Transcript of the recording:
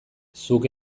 zuk